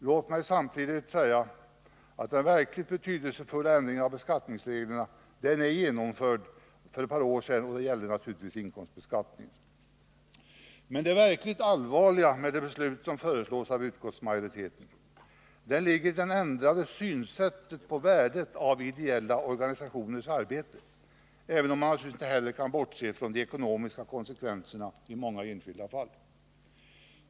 Låt mig samtidigt säga att den verkligt betydelsefulla ändringen av beskattningsreglerna genomfördes för ett par år sedan, och den gällde naturligtvis inkomstbeskattningen. Det verkligt allvarliga med det beslut som föreslås av utskottsmajoriteten ligger i det ändrade synsättet på värdet av ideella organisationers arbete, även om man alltså heller inte kan bortse från de ekonomiska konsekvenserna i många enskilda fall.